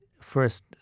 first